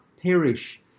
perish